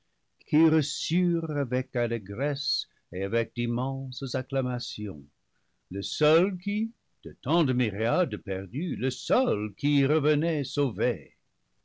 qui reçurent avec allégresse et avec d'immenses acclamations le seul qui de tant de myriades perdues le seul qui revenait sauvé